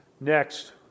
Next